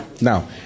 Now